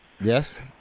Yes